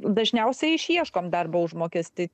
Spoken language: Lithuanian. dažniausiai išieškom darbo užmokestį